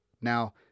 Now